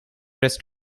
rest